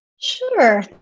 Sure